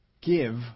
Give